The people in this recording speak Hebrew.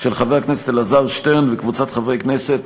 של חבר הכנסת אלעזר שטרן וקבוצת חברי הכנסת,